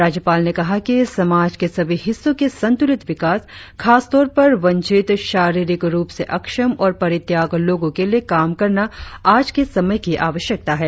राज्यपाल ने कहा कि समाज के सभी हिस्सों के संतुलित विकास खासतौर पर वंचित शारिरिक रुप से अक्षम और परित्याग लोगों के लिए काम करना आज के समय की आवश्यकता है